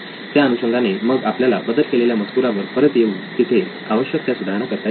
त्या अनुषंगाने मग आपल्याला बदल केलेल्या मजकुरावर परत येऊन तिथे आवश्यक त्या सुधारणा करता येतील